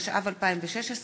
התשע"ו 2016,